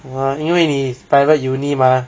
!wah! 因为你 private uni mah